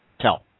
tell